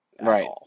Right